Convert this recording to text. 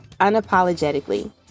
unapologetically